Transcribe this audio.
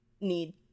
need